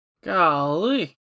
Golly